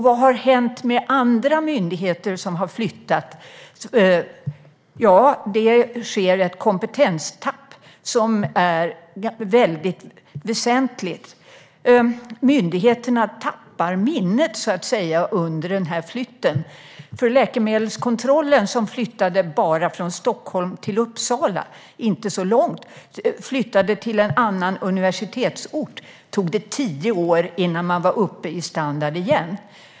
Vad har hänt med andra myndigheter som har flyttat? Det sker ett kompetenstapp som är väldigt väsentligt. Myndigheterna tappar så att säga minnet under flytten. För läkemedelskontrollen, som flyttade bara från Stockholm till Uppsala, alltså inte så långt och från en universitetsort till en annan, tog det tio år innan man var uppe i standard igen.